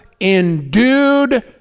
endued